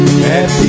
Happy